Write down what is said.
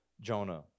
Jonah